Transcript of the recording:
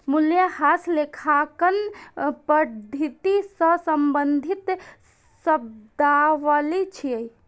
मूल्यह्रास लेखांकन पद्धति सं संबंधित शब्दावली छियै